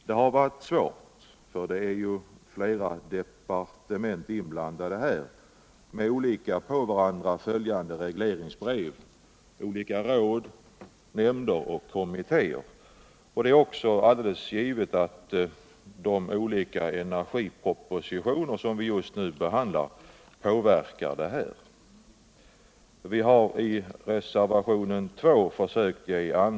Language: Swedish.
Det har varit svårt, för det är flera departement inblandade med olika på varandra följande regleringsbrev, olika råd, nämnder och kommittéer. Det är också alldeles givet att de energipropositioner, som vi just nu behandlat. påverkar behandlingen av detta ärende.